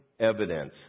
evidence